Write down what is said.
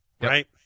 right